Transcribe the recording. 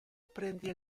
prende